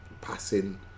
passing